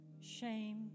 shame